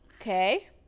Okay